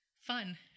fun